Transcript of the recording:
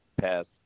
past